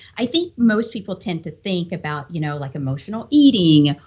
i think most people tend to think about you know like emotional eating,